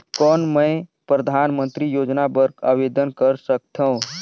कौन मैं परधानमंतरी योजना बर आवेदन कर सकथव?